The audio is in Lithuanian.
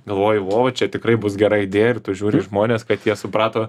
galvoji o čia tikrai bus gera idėja ir tu žiūri į žmones kad jie suprato